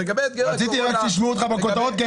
רציתי רק שישמעו אותך בכותרות,